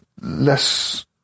less